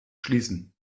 schließen